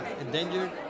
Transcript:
endangered